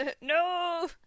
No